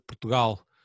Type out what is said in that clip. Portugal